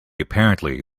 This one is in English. apparently